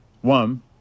One